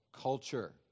culture